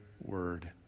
word